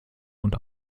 und